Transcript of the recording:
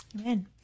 Amen